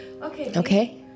Okay